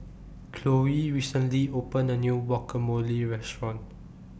Chloie recently opened A New Guacamole Restaurant